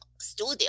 studio